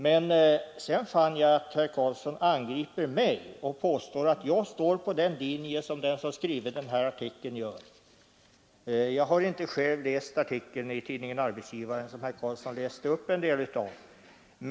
Men sedan fann jag att herr Karlsson angriper mig och hävdar att jag står på samma linje som den som skrivit den här artikeln. Jag har inte själv läst artikeln i tidningen Arbetsgivaren som herr Karlsson läste upp en del av.